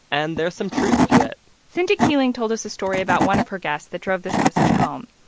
and there's some truth to it synta keeling told us a story about one of her guests that drove this message home.